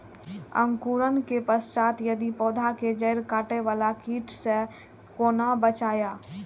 अंकुरण के पश्चात यदि पोधा के जैड़ काटे बाला कीट से कोना बचाया?